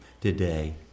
today